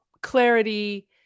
clarity